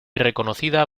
reconocida